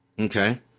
okay